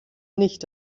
nicht